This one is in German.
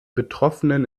betroffenen